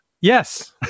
Yes